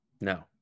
No